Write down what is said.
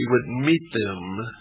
would meet them.